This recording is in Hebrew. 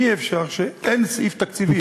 אי-אפשר שלא יהיה סעיף תקציבי.